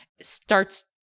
starts